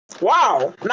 Wow